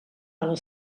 les